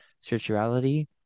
spirituality